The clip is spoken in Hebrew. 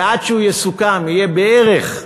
ועד שהוא יסוכם יהיה בערך,